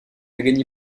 gagné